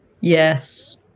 Yes